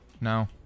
No